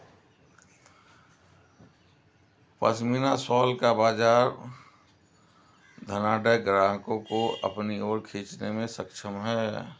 pashmina shawl का बाजार धनाढ्य ग्राहकों को अपनी ओर खींचने में सक्षम है